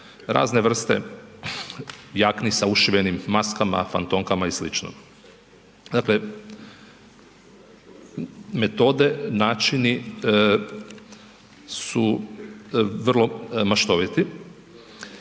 razne vrste jakne sa ušivenim maskama, fantomkama i sl. Dakle, metode, načini su vrlo maštoviti.